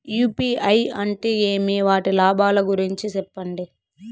UPI అంటే ఏమి? వాటి లాభాల గురించి సెప్పండి?